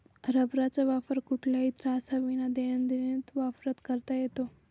रबराचा वापर कुठल्याही त्राससाविना दैनंदिन वापरात करता येतो